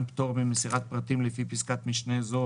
פטור ממסירת פרטים לפי פסקת משנה זו,